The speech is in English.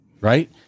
Right